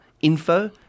info